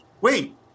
wait